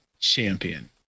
champion